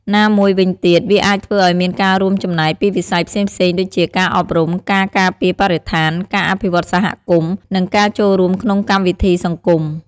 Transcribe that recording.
ណាមួយវិញទៀតវាអាចធ្វើឲ្យមានការរួមចំណែកពីវិស័យផ្សេងៗដូចជាការអប់រំ ការការពារបរិស្ថាន ការអភិវឌ្ឍសហគមន៍ និងការចូលរួមក្នុងកម្មវិធីសង្គម។